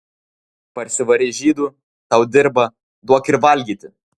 parsivarei žydų tau dirba duok ir valgyti